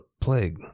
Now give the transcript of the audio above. plague